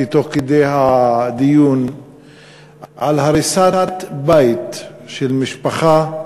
תוך כדי הדיון על הריסת בית של משפחה,